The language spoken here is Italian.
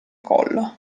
collo